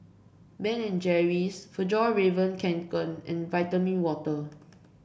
Ben and Jerry's Fjallraven Kanken and Vitamin Water